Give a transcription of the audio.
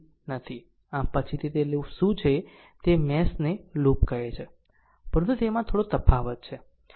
આમ પછીથી તે લૂપ શું છે તે મેશ ને લૂપ કહે છે પરંતુ તેમાં થોડો તફાવત છે